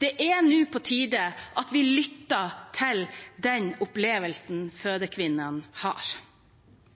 Nå er det på tide at vi lytter til den opplevelsen fødekvinnene har.